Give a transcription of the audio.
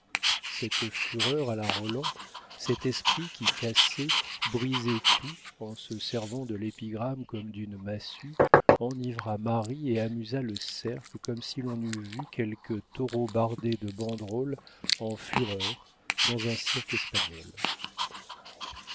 cette fureur à la roland cet esprit qui cassait brisait tout en se servant de l'épigramme comme d'une massue enivra marie et amusa le cercle comme si l'on eût vu quelque taureau bardé de banderoles en fureur dans un cirque espagnol